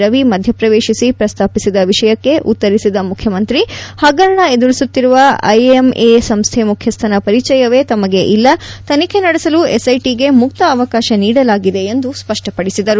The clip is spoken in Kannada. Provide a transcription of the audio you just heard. ರವಿ ಮಧ್ಯ ಪ್ರವೇಶಿಸಿ ಪ್ರಸ್ತಾಪಿಸಿದ ವಿಷಯಕ್ಕೆ ಉತ್ತರಿಸಿದ ಮುಖ್ಯಮಂತ್ರಿ ಹಗರಣ ಎದುರಿಸುತ್ತಿರುವ ಐಎಂಎ ಸಂಸ್ದೆ ಮುಖ್ಯಸ್ಥನ ಪರಿಚಯವೇ ತಮಗೆ ಇಲ್ಲ ತನಿಖೆ ನಡೆಸಲು ಎಸ್ಐಟಿಗೆ ಮುಕ್ತ ಅವಕಾಶ ನೀಡಲಾಗಿದೆ ಎಂದು ಸ್ಪಷ್ಟ ಪಡಿಸಿದರು